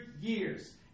years